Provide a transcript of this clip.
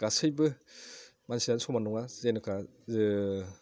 गासैबो मानसियानो समान नङा जेनेखा